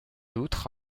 outre